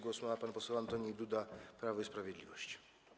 Głos ma pan poseł Antoni Duda, Prawo i Sprawiedliwość.